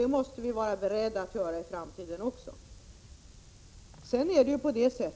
Vi måste vara beredda att företa förändringar även i framtiden.